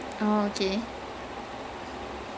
so that's the that's the whole show